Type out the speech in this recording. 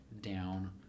down